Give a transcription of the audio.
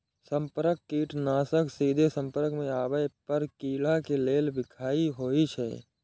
संपर्क कीटनाशक सीधे संपर्क मे आबै पर कीड़ा के लेल बिखाह होइ छै